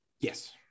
Yes